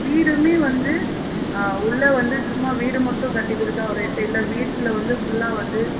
வீடுமே வந்து உள்ள வந்து சும்மா வீடு மட்டும் கட்டி கொடுத்தா ஒரு ரேட்டு இல்லை வீட்டில் வந்து ஃபுல்லாக வந்து